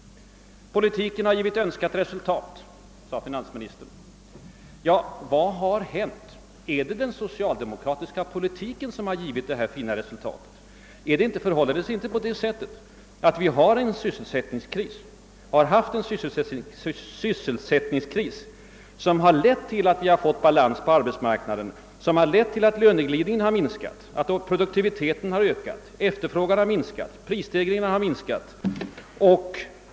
Vår politik har givit önskat resultat, sade finansministern. Men vad har hänt? Är det den socialdemokratiska politiken som har givit det fina resultat herr Sträng vill berömma sig av? Förhåller det sig inte i stället på det sättet, att vi under nära två år har haft en sysselsättninigskris som lett till att vi fått balans på arbetsmarknaden, att löneglidningen har minskat, att produktiviteten har ökat, att efterfrågan och prisstegringarna har minskat.